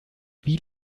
wie